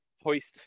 hoist